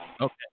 Okay